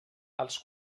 els